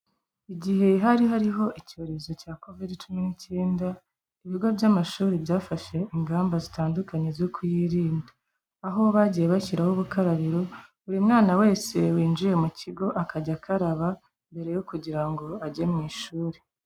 Igihe hari hariho icyorezo cya covid cumi n'icyenda, ibigo by'amashuri byafashe ingamba zitandukanye zo kuyirinda, aho bagiye bashyiraho aho gukarabira, buri mwana wese winjiye mu kigo akajya akaraba mbere yo kugira ngo ajye mu ishuri.